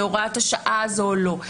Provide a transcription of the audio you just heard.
להוראת השעה הזאת או לא.